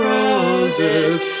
Roses